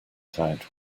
tout